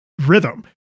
rhythm